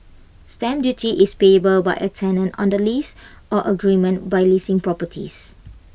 stamp duty is payable by A tenant on the lease or agreement by leasing properties